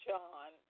John